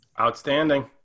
Outstanding